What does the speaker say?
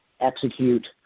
execute